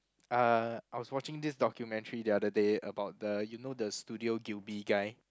uh I was watching this documentary the other day about the you know the Studio-Ghibli guy